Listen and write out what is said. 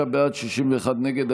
49 בעד, 61 נגד.